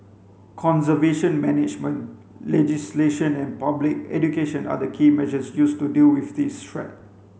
conservation management legislation and public education are the key measures used to deal with this threat